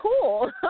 cool